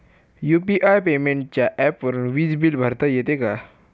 UPI पेमेंटच्या ऍपवरुन वीज बिल भरता येते का?